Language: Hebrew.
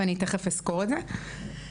ואני תיכף אסקור את זה.